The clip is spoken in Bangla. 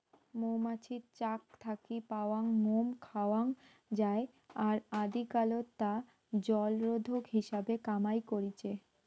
মৌমাছির চাক থাকি পাওয়াং মোম খাওয়াং যাই আর আদিকালত তা জলরোধক হিসাবে কামাই করিচে